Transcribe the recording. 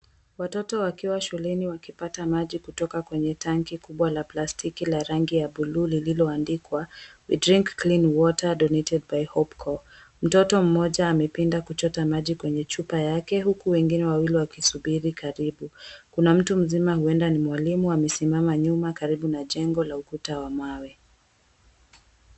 Watoto wakiwa shuleni wakipata maji kutoka kwenye rangi kubwa la plastiki la rangi ya bluu lililoandikwa We Drink Clean Water Donated by Hope Co. Mtoto mmoja amepinda kuchota maji kwenye chupa yake huku wengine wawili wakisubiri karibu, kuna mtu mzima huenda ni mwalimu amesimama nyuma karibu na jengo la ukuta wa mawe.